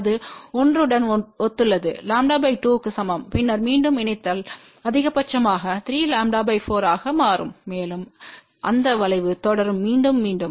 இது 1 உடன் ஒத்துள்ளது λ 2 க்கு சமம் பின்னர் மீண்டும் இணைத்தல் அதிகபட்சமாக 3 λ 4 ஆக மாறும் மேலும் அந்த வளைவு தொடரும் மீண்டும் மீண்டும்